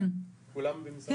כולם במשרה מלאה?